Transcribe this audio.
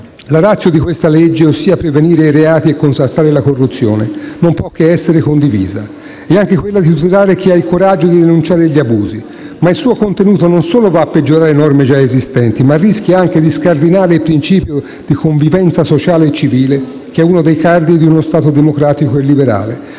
La *ratio* di questa legge, ossia prevenire i reati e contrastare la corruzione, non può che essere condivisibile, e anche quella di tutelare chi ha il coraggio di denunciare gli abusi, ma il suo contenuto non solo va a peggiorare norme già esistenti, ma rischia anche di scardinare il principio di convivenza sociale e civile, che è uno dei cardini di uno Stato democratico e liberale.